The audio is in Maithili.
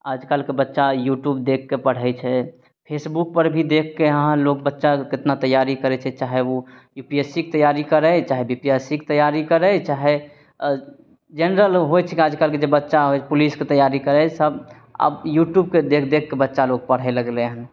आजकालके बच्चा यूट्युब देखि कऽ पढ़य छै फेसबुकपर भी देखिके अहाँ लोक बच्चा कतना तैयारी करय छै चाहे उ यू पी एस सी के तैयारी करय चाहे बी पी एस सी के तैयारी करय चाहे जेनरल होइ छिके जे आजकालके बच्चा होइ पुलिसके तैयारी करय सब आब युट्युबके देख देख कऽ बच्चा लोग पढ़य लगलय हन